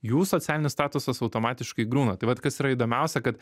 jų socialinis statusas automatiškai griūna tai vat kas yra įdomiausia kad